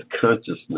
consciousness